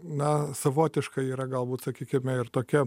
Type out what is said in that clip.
na savotiškai yra galbūt sakykime ir tokia